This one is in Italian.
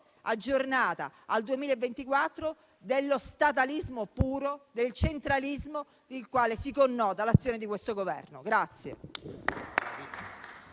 aggiornata al 2024 dello statalismo puro e del centralismo di cui si connota l'azione di questo Governo.